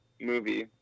movie